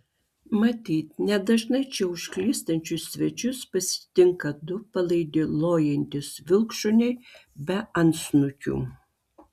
matyt nedažnai čia užklystančius svečius pasitinka du palaidi lojantys vilkšuniai be antsnukių